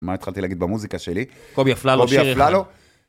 מה התחלתי להגיד במוזיקה שלי? קובי אפללו, קובי אפללו, שיר אחד.